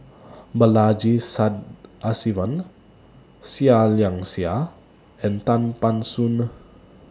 Balaji Sadasivan Seah Liang Seah and Tan Ban Soon